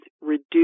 reduce